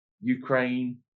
Ukraine